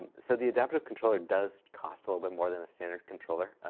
and so, the adaptive controller does cost a little bit more than a standard controller.